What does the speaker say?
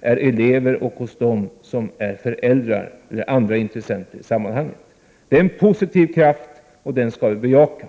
elever och föräldrar eller andra intressenter i sammanhanget. Det är en positiv kraft, och den skall vi bejaka.